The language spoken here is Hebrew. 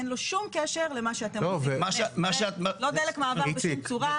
אין לו שום קשר למה שאתה לא דלק מעבר בשום צורה,